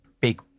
big